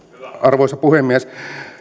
arvoisa puhemies